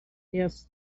asked